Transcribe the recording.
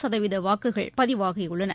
சதவீதவாக்குகள் பதிவாகியுள்ளன